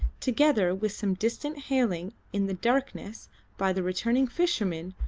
together with some distant hailing in the darkness by the returning fishermen,